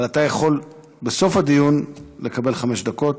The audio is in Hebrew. אבל אתה יכול בסוף הדיון לקבל חמש דקות.